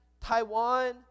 Taiwan